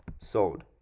sold